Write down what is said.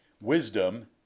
Wisdom